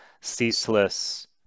ceaseless